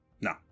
no